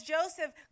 Joseph